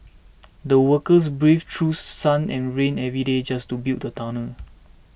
the workers braved through sun and rain every day just to build the tunnel